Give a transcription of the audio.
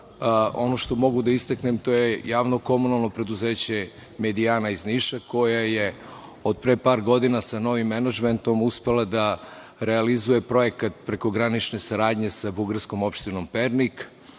ono što mogu da istaknem, to je JKP „Medijana“ iz Niša koje je od pre par godina sa novim menadžmentom uspelo da realizuje projekat prekogranične saradnje sa bugarskom opštinom Pernik.